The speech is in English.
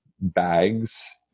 bags